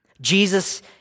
Jesus